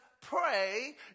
pray